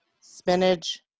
spinach